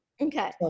Okay